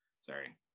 Sorry